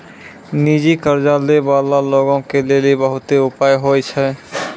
निजी कर्ज लै बाला लोगो के लेली बहुते उपाय होय छै